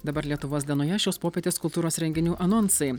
dabar lietuvos dienoje šios popietės kultūros renginių anonsai